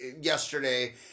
yesterday